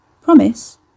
Promise